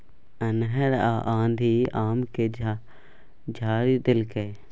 अन्हर आ आंधी आम के झाईर देलकैय?